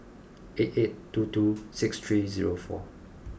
eight eight two two six three zero four